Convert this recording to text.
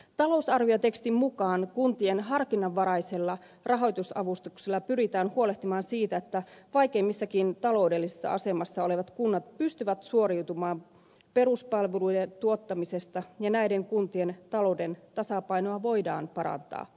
talousarviotekstin mukaan kuntien harkinnanvaraisella rahoitusavustuksella pyritään huolehtimaan siitä että vaikeimmassakin taloudellisessa asemassa olevat kunnat pystyvät suoriutumaan peruspalvelujen tuottamisesta ja näiden kuntien talouden tasapainoa voidaan parantaa